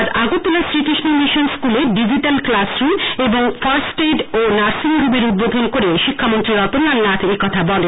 আজ আগরতলার শ্রীকৃষ্ণ মিশন স্কুলে ডিজিট্যাল ক্লাস রুম এবং ফার্স্ট এইড ও নার্সিং রুমের উদ্বোধন করে শিক্ষামন্ত্রী রতনলাল নাথ একথা বলেন